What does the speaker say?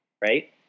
right